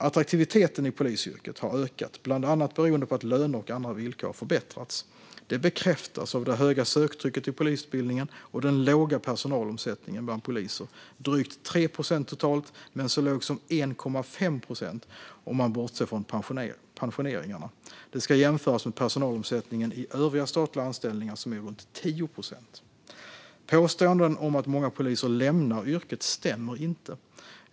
Attraktiviteten i polisyrket har ökat bland annat beroende på att löner och andra villkor har förbättrats. Det bekräftas av det höga söktrycket till polisutbildningen och den låga personalomsättningen bland poliser - drygt 3 procent totalt men så låg som 1,5 procent om man bortser från pensioneringar. Det ska jämföras med personalomsättningen i övriga statliga anställningar som är runt 10 procent. Påståendet att många poliser lämnar yrket stämmer inte.